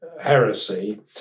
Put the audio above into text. heresy